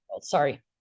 Sorry